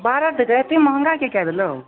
बारह टके एतेक महँगा किएक कऽ देलहक